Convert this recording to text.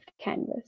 canvas